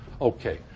Okay